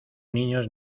niños